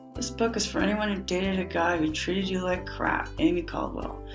this book is for anyone who dated a guy who treated you like crap. aimee caldwell.